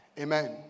Amen